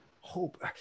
hope